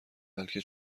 بلکه